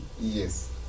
Yes